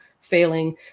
failing